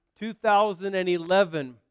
2011